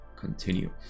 continue